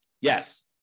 Yes